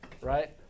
right